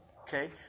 Okay